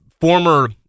former